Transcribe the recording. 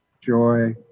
Joy